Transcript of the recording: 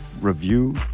review